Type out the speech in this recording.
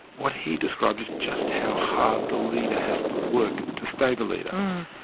what he described is just how hard the leader has to work to stay the leader.